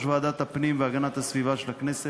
ועדת הפנים והגנת הסביבה של הכנסת,